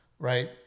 Right